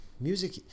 music